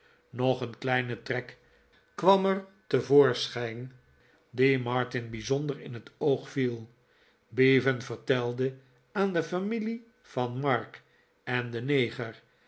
nog een kleine trek kwam er te voorschijn die martin bijzonder in het oog viel bevan vertelde aan de familie van mark en den neger